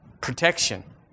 protection